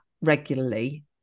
regularly